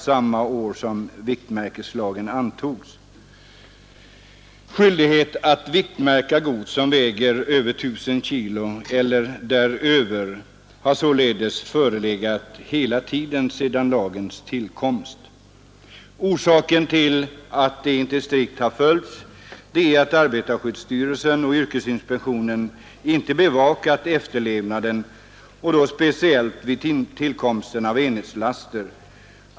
Skyldighet att viktmärka gods som väger 1 000 kg eller däröver har således förelegat hela tiden ända sedan lagens tillkomst. Skälet till att detta inte strikt följts är att arbetarskyddsstyrelsen och yrkesinspektionen inte bevakat efterlevnaden, speciellt då vid tillkomsten av enhetslaster.